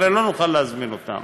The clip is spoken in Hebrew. הרי לא נוכל להזמין אותם,